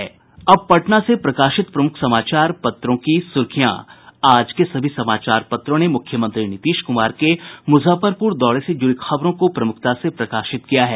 अब पटना से प्रकाशित प्रमुख समाचार पत्रों की सुर्खियां आज के सभी समाचार पत्रों ने मुख्यमंत्री नीतीश कुमार के मुजफ्फरपुर दौरे से जुड़ी खबरों को प्रमुखता से प्रकाशित किया है